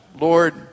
Lord